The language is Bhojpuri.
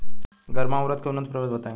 गर्मा उरद के उन्नत प्रभेद बताई?